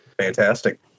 Fantastic